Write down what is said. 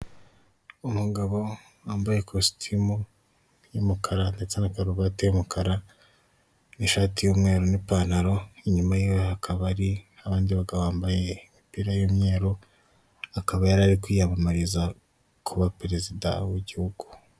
Umugabo wambaye kositimu y'umukara ndetse na karuvatu y'umukara n'ishati y'umweru n'ipantaro inyuma yiwe hakaba hari abandi bagabo bambaye imipira y'umweru, akaba yari ari kwiyamamariza kuba perezida w'igihugu.